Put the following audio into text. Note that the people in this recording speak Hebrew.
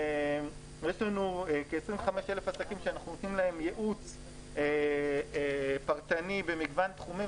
יש לנו כ-25,000 עסקים שאנחנו נותנים להם ייעוץ פרטני במגוון תחומים,